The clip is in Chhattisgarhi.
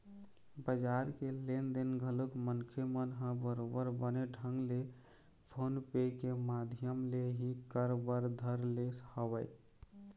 बजार के लेन देन घलोक मनखे मन ह बरोबर बने ढंग ले फोन पे के माधियम ले ही कर बर धर ले हवय